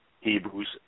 Hebrews